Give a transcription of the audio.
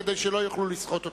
כדי שלא יוכלו לסחוט אותם.